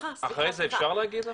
אחרי זה אפשר להגיד?